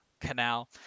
canal